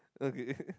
okay